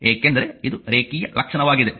ಏಕೆಂದರೆ ಇದು ರೇಖೀಯ ಲಕ್ಷಣವಾಗಿದೆ